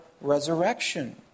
resurrection